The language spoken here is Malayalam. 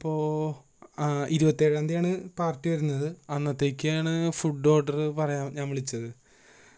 അപ്പോൾ ഇരുപത്തിയേഴാം തിയതിയാണ് പാർട്ടി വരുന്നത് അന്നത്തേക്കാണ് ഫുഡ് ഓർഡർ പറയാൻ ഞാൻ വിളിച്ചത്